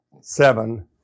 seven